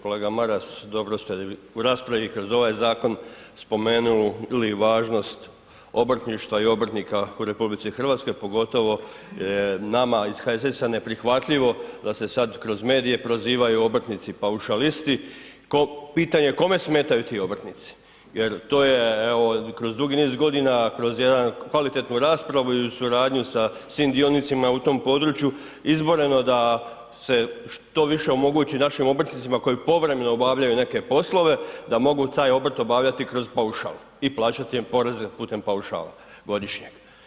Kolega Maras, dobro ste u raspravi i kroz ovaj zakon spomenuli važnost obrtništva i obrtnika u RH, pogotovo nama iz HSS-a je neprihvatljivo da se sad kroz medije prozivaju obrtnici paušalisti, pitanje kome smetaju ti obrtnici jer to je evo, kroz dugi niz godina, kroz jednu kvalitetnu raspravu i u suradnji sa svim dionicima u tom području izboreno da se što više omogući našim obrtnicima koji povremeno obavljaju neke poslove, da mogu taj obrt obavljati kroz paušal i plaćati im poreze putem paušala godišnje.